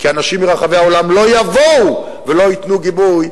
כי אנשים מרחבי העולם לא יבואו ולא ייתנו גיבוי,